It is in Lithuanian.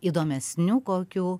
įdomesnių kokių